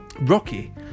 Rocky